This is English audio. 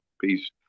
Peace